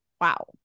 wow